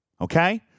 Okay